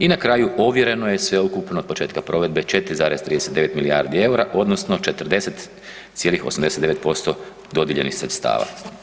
I na kraju ovjereno je sveukupno od početka provedbe 4,39 milijardi EUR-a odnosno 40,89% dodijeljenih sredstava.